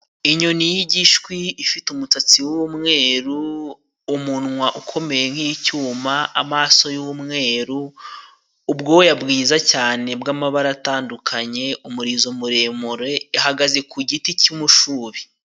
Inyoni y'igishwi ifite umusatsi w'umweru, umunwa ukomeye nk'icyuma, amaso y'umweru, ubwoya bwiza cyane bw'amabara atandukanye, umurizo muremure ihagaze ku giti cy'umushubi.